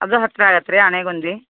ಅದು ಹತ್ರ ಆಗತ್ತಾ ರೀ ಆನೆಗುಂದಿ